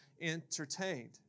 entertained